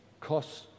costs